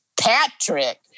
Patrick